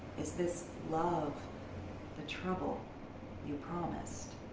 is this love the trouble you promised?